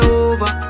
over